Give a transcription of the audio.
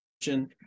question